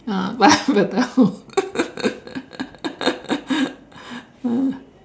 ah